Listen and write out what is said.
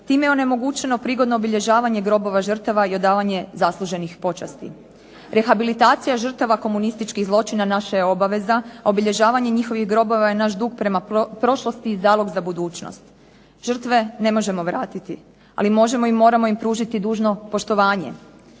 Time je onemogućeno prigodno obilježavanja grobova žrtava i odavanje zasluženih počasti. Rehabilitacija žrtava komunističkih zločina naša je obaveza, obilježavanje njihovih grobova je naš dug prema prošlosti i zalog za budućnost. Žrtve ne možemo vratiti, ali možemo im i moramo pružiti dužno poštovanje.